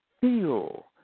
feel